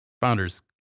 Founders